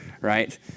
right